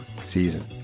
season